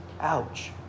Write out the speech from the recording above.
ouch